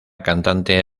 cantante